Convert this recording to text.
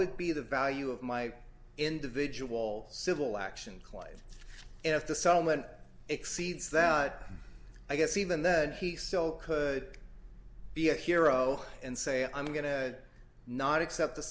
would be the value of my individual civil action clive if the settlement exceeds that i guess even though he still could be a hero and say i'm going to not accept the